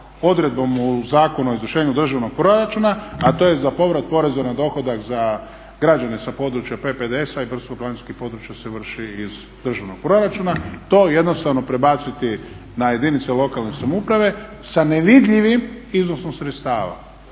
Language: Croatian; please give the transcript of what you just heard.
odredbom u Zakonu o izvršenju državnog proračuna, a to je za povrat poreza na dohodak za građane sa područja PPDS-a i brdsko-planinskih područja se vrši iz državnog proračuna. To jednostavno prebaciti na jedinice lokalne samouprave sa nevidljivim iznosom sredstava.